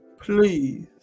please